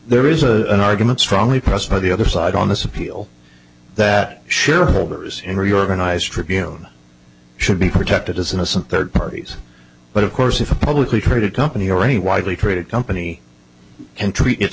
there is a an argument strongly pressed by the other side on this appeal that shareholders in reorganize tribune own should be protected as innocent third parties but of course if a publicly traded company or any widely traded company